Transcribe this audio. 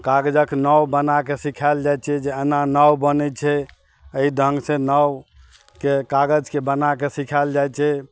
कागजक नाव बनाके सिखाएल जाइ छै जे एना नाव बनै छै एहि ढङ्ग से नावके कागजके बनाके सिखाएल जाइ छै